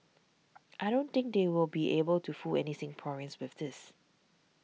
I don't think they will be able to fool any Singaporeans with this